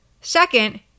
Second